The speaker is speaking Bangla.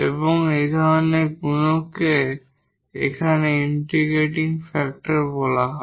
এবং এই ধরনের গুণককে এখান ইন্টিগ্রেটিং ফ্যাক্টর বলা হয়